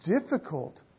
difficult